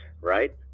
right